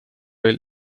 eel